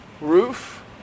roof